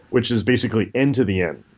which is basically n to the n,